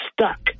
stuck